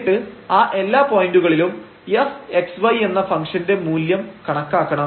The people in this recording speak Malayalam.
എന്നിട്ട് ആ എല്ലാ പോയന്റുകളിലും fx y എന്ന ഫംഗ്ഷന്റെ മൂല്യം കണക്കാക്കണം